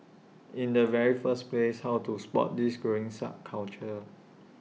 in the very first place how to spot this growing subculture